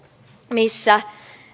missä